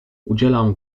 udzielam